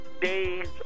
days